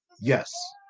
Yes